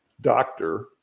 doctor